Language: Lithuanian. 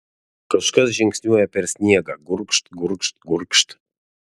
kažkas žingsniuoja per sniegą gurgžt gurgžt gurgžt